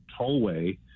tollway